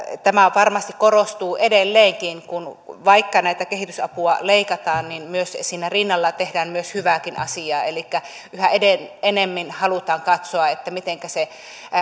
tämä varmasti korostuu edelleenkin kun vaikka näitä kehitysapuja leikataan niin siinä rinnalla tehdään myös hyvääkin asiaa elikkä yhä enemmän halutaan katsoa mitenkä se